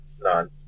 None